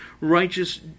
righteous